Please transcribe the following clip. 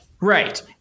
Right